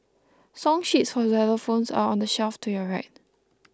song sheets for xylophones are on the shelf to your right